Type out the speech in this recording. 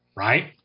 Right